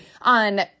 on